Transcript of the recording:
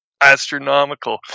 astronomical